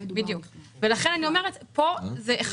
האם הבחינה שעשיתם זה גם